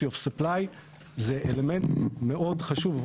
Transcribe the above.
security of supply זה אלמנט מאוד חשוב,